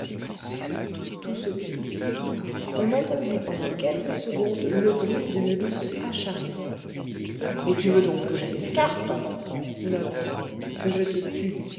puis tout se tut on entendit pendant quelques secondes le bruit d'une lutte acharnée mais tu veux donc que je t'escarpe